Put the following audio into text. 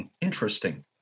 interesting